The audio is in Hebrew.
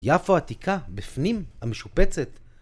יפו עתיקה בפנים המשופצת